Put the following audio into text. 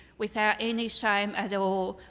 without any shame at all,